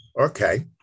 Okay